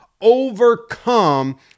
overcome